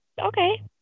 Okay